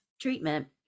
treatment